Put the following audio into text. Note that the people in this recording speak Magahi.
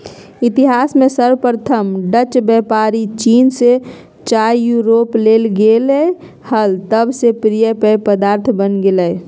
इतिहास में सर्वप्रथम डचव्यापारीचीन से चाययूरोपले गेले हल तब से प्रिय पेय पदार्थ बन गेलय